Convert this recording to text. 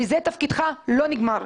בזה תפקידך לא נגמר.